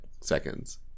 seconds